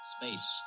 Space